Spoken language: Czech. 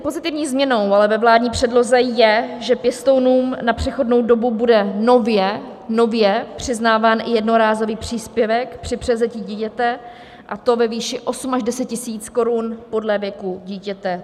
Pozitivní změnou ale ve vládní předloze je, že pěstounům na přechodnou dobu bude nově přiznáván i jednorázový příspěvek při převzetí dítěte, a to ve výši 8 až 10 000 korun podle věku dítěte.